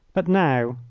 but now,